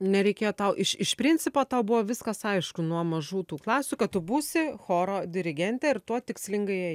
nereikėjo tau iš iš principo tau buvo viskas aišku nuo mažų tų klasių kad tu būsi choro dirigentė ir tuo tikslingai ėjai